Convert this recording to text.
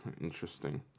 Interesting